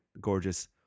gorgeous